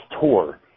tour